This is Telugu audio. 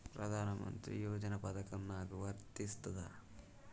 ప్రధానమంత్రి యోజన పథకం నాకు వర్తిస్తదా?